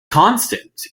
constant